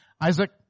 Isaac